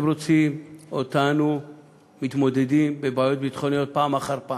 הם רוצים אותנו מתמודדים עם בעיות ביטחוניות פעם אחר פעם.